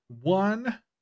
one